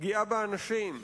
פגיעה באנשים,